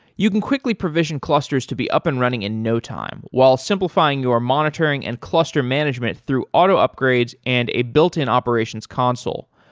you can quickly provision clusters to be up and running in no time while simplifying your monitoring and cluster management through auto upgrades and a built-in operations console.